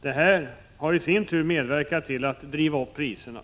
Det har i sin tur medverkat till att driva upp priserna.